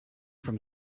from